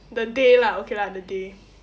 the day lah okay lah the day